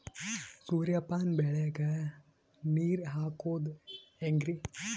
ಸೂರ್ಯಪಾನ ಬೆಳಿಗ ನೀರ್ ಹಾಕೋದ ಹೆಂಗರಿ?